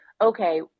okay